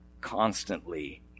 constantly